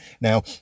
now